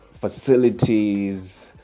facilities